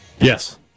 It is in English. Yes